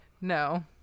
No